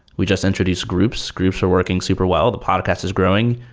we just introduce groups. groups are working super well. the podcast is growing.